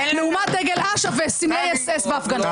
לעומת דגל אש"ף וסימלי אס-אס בהפגנות.